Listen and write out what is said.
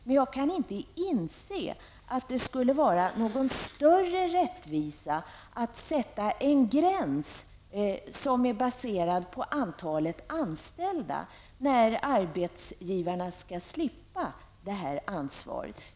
Men jag kan inte inse att det skulle vara någon större rättvisa att sätta en gräns som är baserad på antalet anställda då arbetsgivarna skall slippa ansvar.